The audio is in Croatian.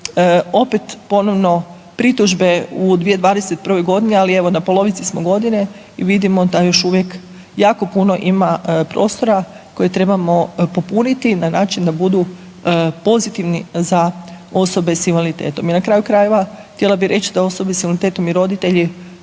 opet ponovno pritužbe u 2021. g., ali, evo, na polovici smo godine i vidimo da još uvijek jako puno ima prostora koje trebamo popuniti na način da budu pozitivni za osobe s invaliditetom. I na kraju krajeva, htjela bih reć da osobe s invaliditetom i roditelji